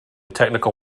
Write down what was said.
technical